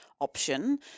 option